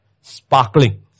sparkling